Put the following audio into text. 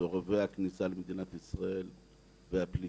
מסורבי הכניסה למדינת ישראל והפליטים,